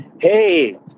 Hey